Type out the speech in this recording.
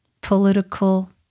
political